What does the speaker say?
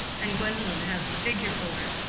and gwendolen has the figure for it.